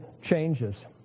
changes